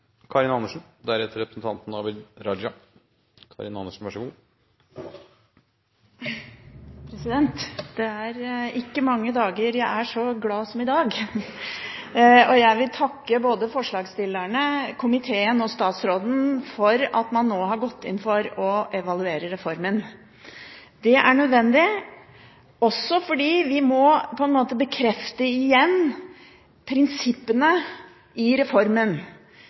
Det er ikke mange dager jeg er så glad som i dag. Jeg vil takke både forslagsstillerne, komiteen og statsråden for at man nå har gått inn for å evaluere reformen. Det er nødvendig, også fordi vi på en måte igjen må bekrefte prinsippene i reformen.